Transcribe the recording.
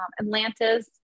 Atlantis